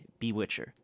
Bewitcher